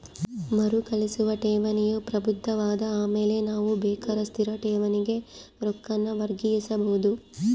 ಮರುಕಳಿಸುವ ಠೇವಣಿಯು ಪ್ರಬುದ್ಧವಾದ ಆಮೇಲೆ ನಾವು ಬೇಕಾರ ಸ್ಥಿರ ಠೇವಣಿಗೆ ರೊಕ್ಕಾನ ವರ್ಗಾಯಿಸಬೋದು